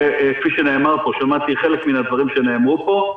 שכפי שנאמר פה שמעתי חלק מהדברים שנאמרו פה,